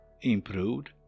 improved